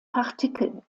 partikel